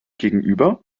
gegenüber